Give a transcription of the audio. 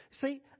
See